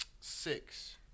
Six